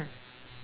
mm